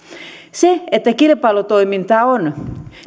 kun kilpailutoimintaa on